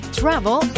travel